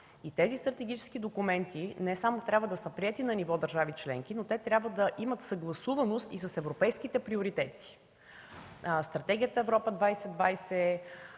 да имат стратегически документи. Те не само трябва да са приети на ниво държави членки, но трябва да имат съгласуваност и с европейските приоритети – Стратегията „Европа 2020”,